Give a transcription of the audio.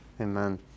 Amen